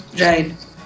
Right